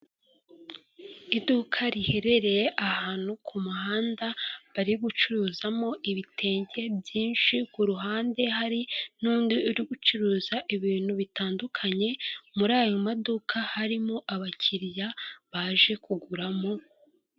Iduka riherereye ahantu ku muhanda, bari gucuruzamo ibitenge byinshi, ku ruhande hari n'undi uri gucuruza ibintu bitandukanye, muri ayo maduka harimo abakiliya baje kuguramo,...